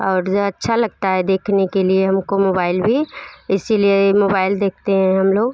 और अच्छा लगता है देखने के लिए हम को मोबैल भी इसी लिए मोबैल देखते हैं हम लोग